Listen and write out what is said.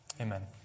Amen